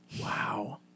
Wow